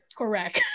correct